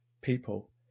people